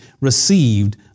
received